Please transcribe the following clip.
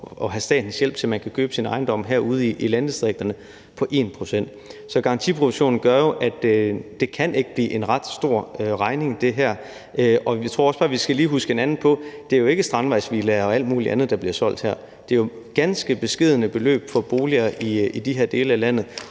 at have statens hjælp til, at man kan købe sin ejendom herude i landdistrikterne, at bidrage med en garantiprovision på 1 pct. Så garantiprovisionen gør jo, at det her ikke kan blive en ret stor regning. Og jeg tror jo også bare lige, vi skal huske hinanden på, at det ikke er strandvejsvillaer og alt muligt andet, der her bliver solgt. Men det er jo ganske beskedne beløb for boliger i de her dele af landet.